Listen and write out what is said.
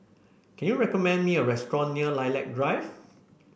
can you recommend me a restaurant near Lilac Drive